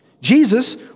Jesus